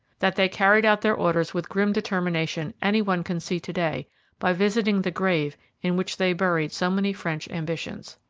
that they carried out their orders with grim determination any one can see to-day by visiting the grave in which they buried so many french ambitions.